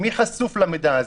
מי חשוף למידע הזה?